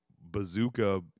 bazooka